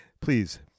please